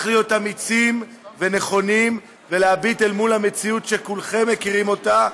צריך להיות אמיצים ונכונים להביט אל מול המציאות שכולכם מכירים אותה,